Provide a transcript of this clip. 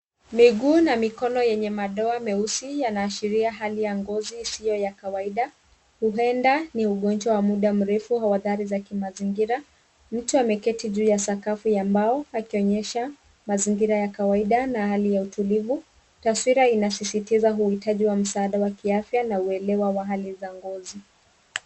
Miguu na mikono yenye madoa meusi yanaashiria hali ya ngozi isio ya kawaida. Huenda ni ugonjwa wa muda mrefu au adhari za kimazingira. Mtu ameketi juu ya sakafu ya mbao, akionyesa mazingira ya kawaida na hali ya utulivu. Taswira inasisitiza uhitaji wa msaada wa kiafya na uelewa wa hali za ngozi.